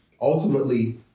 ultimately